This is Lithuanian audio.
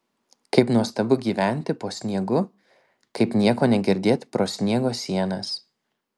kaip nuostabu gyventi po sniegu kaip nieko negirdėt pro sniego sienas